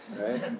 right